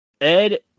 Ed